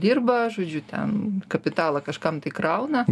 dirba žodžiu ten kapitalą kažkam tai krauna